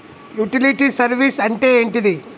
Utility service అంటే ఏంటిది?